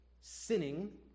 sinning